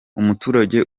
umuturage